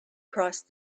crossed